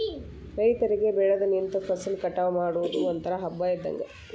ರೈತರಿಗೆ ಬೆಳದ ನಿಂತ ಫಸಲ ಕಟಾವ ಮಾಡುದು ಒಂತರಾ ಹಬ್ಬಾ ಇದ್ದಂಗ